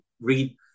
read